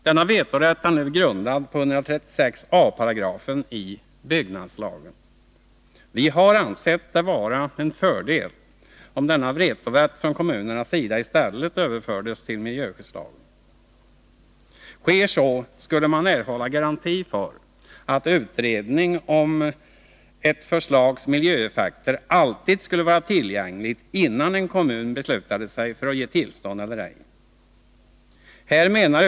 Denna vetorätt är nu grundad i 136 a § byggnadslagen. Vi har ansett det vara en fördel om denna vetorätt från kommunernas sida i stället överfördes till miljöskyddslagen. Om så skedde skulle man erhålla garanti för att utredning om ett förslags miljöeffekter alltid skulle vara tillgänglig, innan en kommun beslutade sig för att ge — eller inte ge — tillstånd.